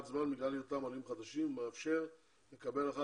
זמן בגלל היותם עולים חדשים והוא מאפשר לקבל הארכת